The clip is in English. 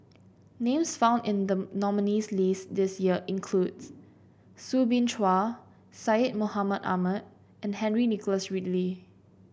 names found in the nominees' list this year includes Soo Bin Chua Syed Mohamed Ahmed and Henry Nicholas Ridley